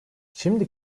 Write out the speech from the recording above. şimdi